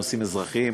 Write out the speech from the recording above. נושאים אזרחיים,